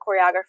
choreographer